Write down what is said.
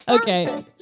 Okay